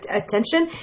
attention